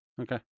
Okay